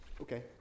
Okay